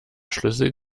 schlüssel